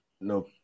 no